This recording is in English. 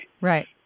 Right